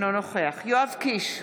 אינו נוכח יואב קיש,